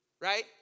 right